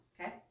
okay